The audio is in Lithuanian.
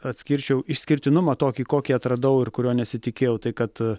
atskirčiau išskirtinumą tokį kokį atradau ir kurio nesitikėjau tai kad